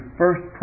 first